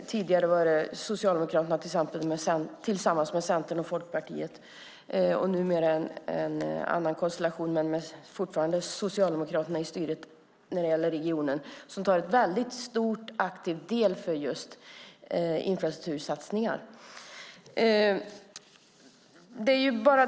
Tidigare var det Socialdemokraterna tillsammans med Centern och Folkpartiet och numera är det en annan konstellation, men fortfarande med Socialdemokraterna i styret i regionen, som tar en stor och aktiv del när det gäller just infrastruktursatsningar.